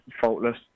faultless